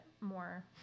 more